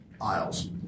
aisles